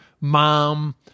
mom